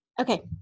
Okay